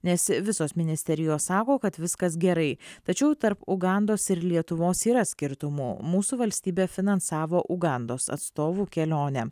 nes visos ministerijos sako kad viskas gerai tačiau tarp ugandos ir lietuvos yra skirtumų mūsų valstybė finansavo ugandos atstovų kelionę